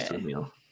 meal